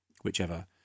whichever